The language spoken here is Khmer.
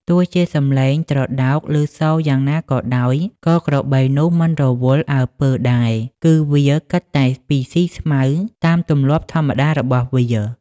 ទោះជាសំេឡងត្រដោកឮសូរយ៉ាងណាក៏ដោយ ក៏ក្របីនោះមិនរវល់អើពើដែរ គឺវាគិតតែពីស៊ីស្មៅតាមទម្លាប់ធម្មតារបស់វា។